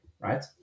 right